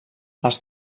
els